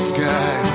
Sky